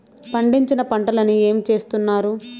పండించిన పంటలని ఏమి చేస్తున్నారు?